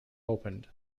opened